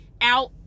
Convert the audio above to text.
out